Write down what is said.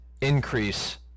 increase